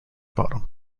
bottom